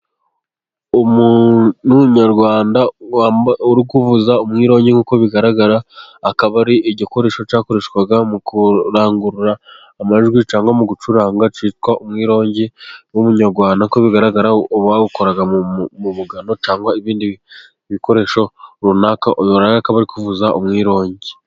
Umuntu w'umunyarwanda uri kuvuza umwungi nkuko bigaragara, akaba ari igikoresho cyakoreshwaga mu kurangurura amajwi, cyangwa mu gucuranga cyitwa umwirongi w'umunyarwanda nkuko bigaragara. Bawukoraga mu mugano cyangwa ibindi bikoresho runaka, uyu rero akaba ari kuvuza umwirongi.